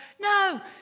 no